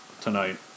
tonight